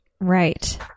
Right